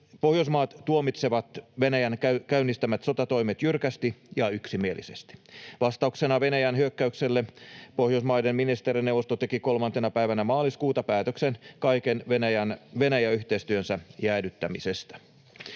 Pohjoismaat tuomitsevat Venäjän käynnistämät sotatoimet jyrkästi ja yksimielisesti. Vastauksena Venäjän hyökkäykselle Pohjoismaiden ministerineuvosto teki 3. päivänä maaliskuuta päätöksen kaiken Venäjä-yhteistyönsä jäädyttämisestä.